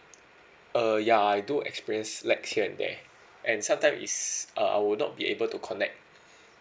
uh ya I do experience lags here and there and sometime is uh I would not be able to connect